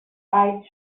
eyes